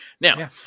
Now